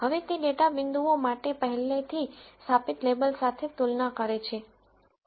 હવે તે data points માટે પહેલેથી સ્થાપિત લેબલ્સ સાથે તુલના કરે છે